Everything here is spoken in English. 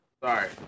Sorry